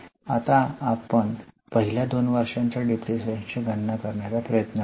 आता आपण पहिल्या 2 वर्षांच्या डिप्रीशीएशन ची गणना करण्याचा प्रयत्न करू